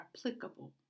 applicable